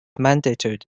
mandated